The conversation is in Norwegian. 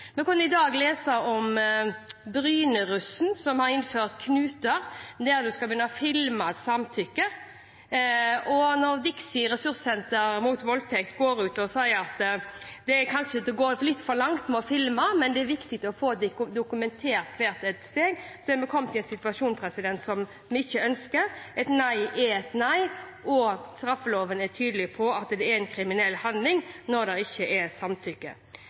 Vi kunne i dag lese om Bryne-russen, som har innført knuter om at en skal begynne å filme et samtykke. Når DIXI Ressurssenter mot voldtekt går ut og sier at det kanskje er å gå litt for langt å filme, men at det er viktig å få dokumentert hvert et steg, er vi kommet i en situasjon som vi ikke ønsker. Et nei er et nei, og straffeloven er tydelig på at det er en kriminell handling når det ikke er samtykke.